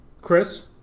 Chris